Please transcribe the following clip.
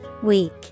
Weak